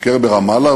ביקר ברמאללה,